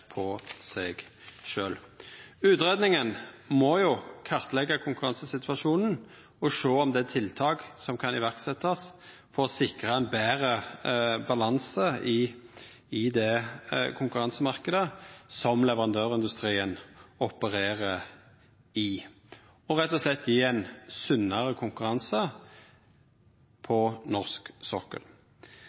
på seg sjølv. Utgreiinga må kartleggja konkurransesituasjonen og sjå om tiltak kan setjast i verk for å sikra ein betre balanse i konkurransemarknaden som leverandørindustrien opererer i, og rett og slett gje ein sunnare konkurranse på norsk sokkel.